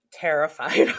terrified